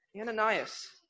Ananias